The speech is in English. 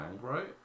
right